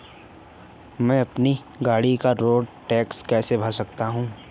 मैं अपनी गाड़ी का रोड टैक्स कैसे भर सकता हूँ?